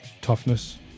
toughness